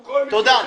תודה.